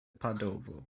padovo